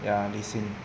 ya li xin